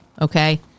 Okay